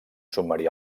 submarí